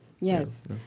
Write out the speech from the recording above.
Yes